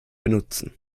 benutzen